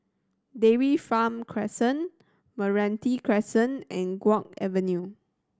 Dairy Farm Crescent Meranti Crescent and Guok Avenue